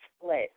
split